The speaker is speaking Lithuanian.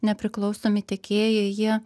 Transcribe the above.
nepriklausomi tiekėjai jie